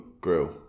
grill